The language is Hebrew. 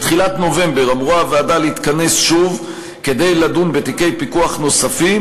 בתחילת נובמבר אמורה הוועדה להתכנס שוב כדי לדון בתיקי פיקוח נוספים,